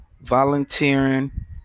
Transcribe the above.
volunteering